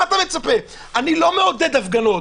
אני לא מעודד הפגנות,